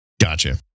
Gotcha